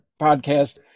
podcast